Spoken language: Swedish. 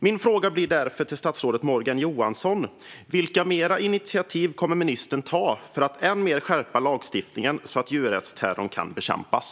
Min fråga till statsrådet Morgan Johansson blir därför: Vilka ytterligare initiativ kommer ministern att ta för att än mer skärpa lagstiftningen så att djurrättsterrorn kan bekämpas?